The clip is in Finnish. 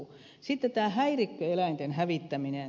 sitten tämä häirikköeläinten hävittäminen